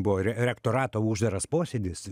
buvo re rektorato uždaras posėdis